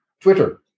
Twitter